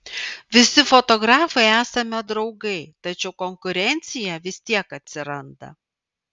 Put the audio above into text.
visi fotografai esame draugai tačiau konkurencija vis tiek atsiranda